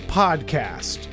podcast